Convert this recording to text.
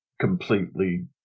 completely